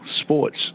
sports